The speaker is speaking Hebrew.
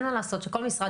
אין מה לעשות שכל משרד,